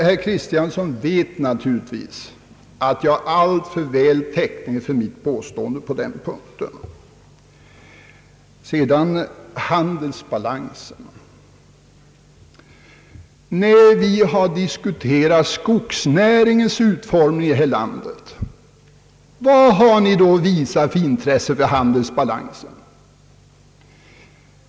Herr Kristiansson vet naturligtvis, att jag har alltför god täckning för mitt påstående på denna punkt. Vidare har man talat om handelsbalansen i denna debatt. När vi har diskuterat skogsnäringens utformning, vad har ni då visat för intresse för handelsbalansen?